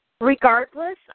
Regardless